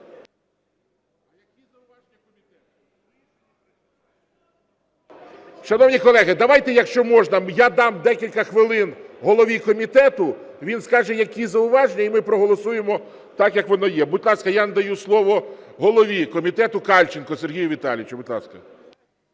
Шановні колеги, якщо можна, я дам декілька хвилин голові комітету, він скаже, які зауваження, і ми проголосуємо так, як воно є. Будь ласка, я надаю слово голові комітету Кальченку Сергію Віталійовичу. Будь ласка.